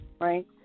Right